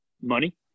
money